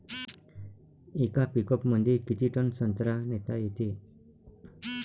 येका पिकअपमंदी किती टन संत्रा नेता येते?